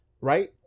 right